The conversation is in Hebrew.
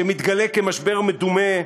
שמתגלה כמשבר מדומה,